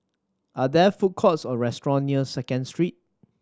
are there food courts or restaurant near Second Street